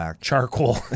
charcoal